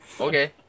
Okay